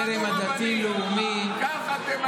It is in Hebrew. גזענית, וככה תמנו רבנים.